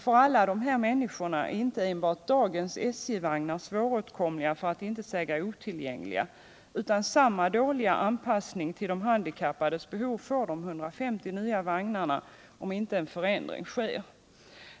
För alla dessa är inte bara dagens SJ vagnar svåråtkomliga, för att inte säga otillgängliga, utan samma dåliga anpassning till de handikappades behov får även de 150 nya vagnarna om inte en förändring av dessa sker.